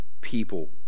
people—